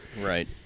Right